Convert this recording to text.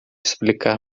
explicar